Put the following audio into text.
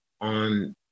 on